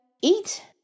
eat